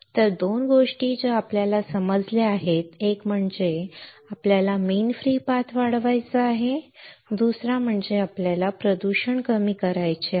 तर 2 गोष्टी ज्या आपल्याला समजल्या आहेत एक म्हणजे आपल्याला मीन फ्री पाथ वाढवायचा आहे दुसरा म्हणजे आपल्याला प्रदूषण कमी करायचे आहे